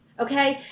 Okay